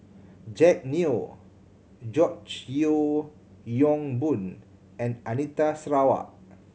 Jack Neo George Yeo Yong Boon and Anita Sarawak